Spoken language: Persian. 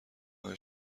های